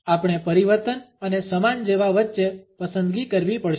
આપણે પરિવર્તન અને સમાન જેવા વચ્ચે પસંદગી કરવી પડશે